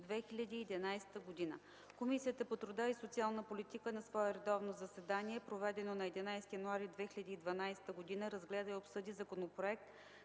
„Комисията по труда и социалната политика на свое редовно заседание, проведено на 11 януари 2012 г. разгледа и обсъди Законопроект